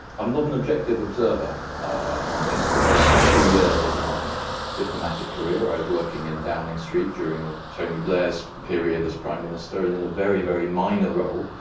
i'm not an objective observer on this because for three years of my diplomatic career, was working in downing street during ah tony blair's period as prime minister, and in a very, very minor role,